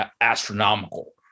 astronomical